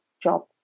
job